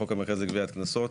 בחוק המרכז לגביית קנסות,